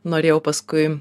norėjau paskui